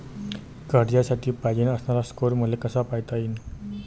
कर्जासाठी पायजेन असणारा स्कोर मले कसा पायता येईन?